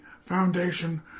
Foundation